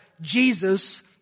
Jesus